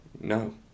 No